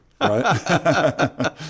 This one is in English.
right